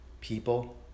people